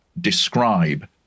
describe